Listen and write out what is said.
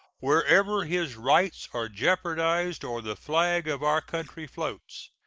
wherever his rights are jeopardized or the flag of our country floats.